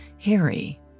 Harry